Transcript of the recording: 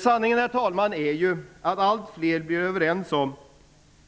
Sanningen är ju att allt fler blir överens om